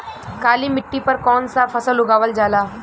काली मिट्टी पर कौन सा फ़सल उगावल जाला?